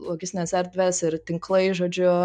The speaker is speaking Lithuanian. logistinės erdvės ir tinklai žodžiu